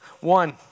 One